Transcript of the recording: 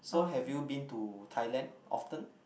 so have you been to Thailand often